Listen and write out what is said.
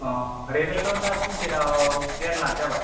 रेटआथ' दा कुइन्टेलाव देर लाख जाबाय